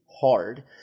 hard